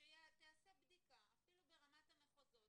שתיעשה בדיקה אפילו ברמת המחוזות.